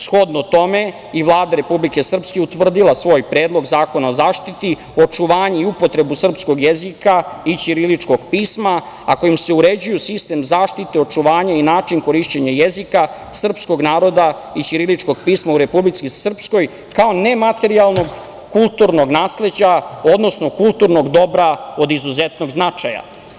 Shodno tome, i Vlada Republike Srpske je utvrdila i svoj Predlog zakona o zaštiti, očuvanju i upotrebi srpskog jezika i ćiriličkog pisma, a kojim se uređuje sistem zaštite i očuvanje i način korišćenja jezika srpskog naroda i ćiriličnog pisma u Republici Srpskoj, kao nematerijalnog kulturnog nasleđa, odnosno kulturnog dobra od izuzetnog značaja.